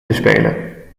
bespelen